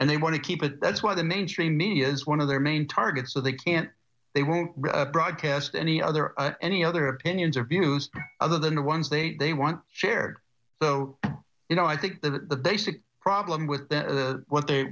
and they want to keep it that's why the mainstream media is one of their main targets so they can't they won't broadcast any are there any other opinions or views other than the ones they want shared so you know i think that the basic problem with what they why they